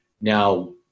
Now